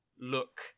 look